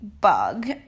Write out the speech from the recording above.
bug